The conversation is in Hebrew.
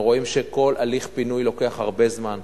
אנו רואים שכל הליך פינוי לוקח הרבה זמן,